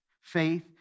Faith